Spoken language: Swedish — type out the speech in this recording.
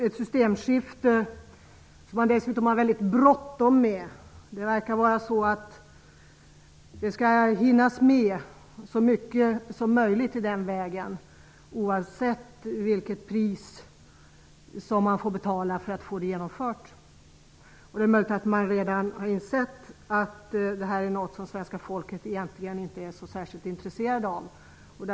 Man har dessutom mycket bråttom med detta systemskifte. Det verkar som om det skall hinnas med så mycket som möjligt på detta område, oavsett vilket pris som man får betala för att få det genomfört. Det är möjligt att man redan har insett att svenska folket egentligen inte är så särskilt intresserat av detta.